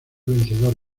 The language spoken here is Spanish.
vencedor